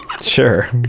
Sure